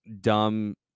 dumb